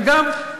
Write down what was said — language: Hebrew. אגב,